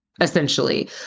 Essentially